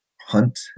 hunt